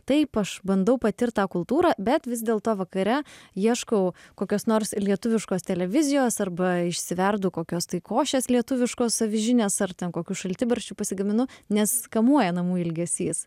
taip aš bandau patirt tą kultūrą bet vis dėlto vakare ieškau kokios nors lietuviškos televizijos arba išsiverdu kokios tai košės lietuviškos avižinės ar ten kokių šaltibarščių pasigaminu nes kamuoja namų ilgesys